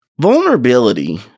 Vulnerability